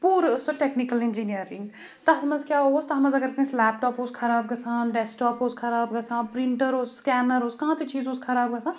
پوٗرٕ سُہ technical engineering تَتھ منٛز کیٛاہ اوس تَتھ منٛز اَگر کٲنٛسہِ لٮ۪پٹاپ اوس خراب گَژھان ڈؠسک ٹاپ اوس خراب گَژھان پِرٛنٛٹَر اوس سٕکینَر اوس کانٛہہ تہِ چیٖز اوس خَراب گَژھان